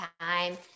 time